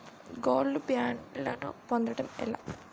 Gold బ్యాండ్లను పొందటం ఎలా?